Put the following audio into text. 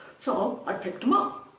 so, i picked them up.